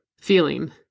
feeling